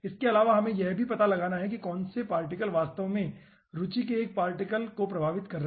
इसके अलावा हमें यह भी पता लगाना होगा कि कौन से पार्टिकल वास्तव में रुचि के एक पार्टिकल को प्रभावित कर रहे हैं